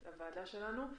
לוועדה שלנו.